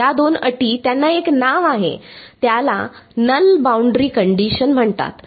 या दोन अटी त्यांना एक नाव आहे त्यांना नल बाउंड्री कंडिशन म्हणतात